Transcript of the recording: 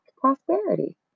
prosperity